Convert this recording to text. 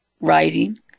writing